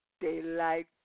Daylight